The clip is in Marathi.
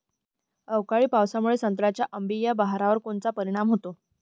अवकाळी पावसामुळे संत्र्याच्या अंबीया बहारावर कोनचा परिणाम होतो?